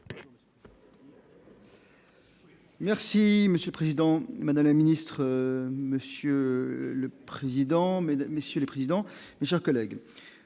Merci Monsieur le Président, Madame la ministre, monsieur le président, Mesdames, messieurs les présidents Jacques collègues